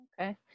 Okay